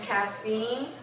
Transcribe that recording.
Caffeine